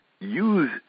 use